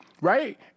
Right